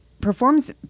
performs